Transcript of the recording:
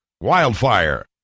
wildfire